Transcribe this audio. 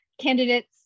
candidates